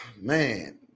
man